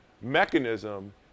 mechanism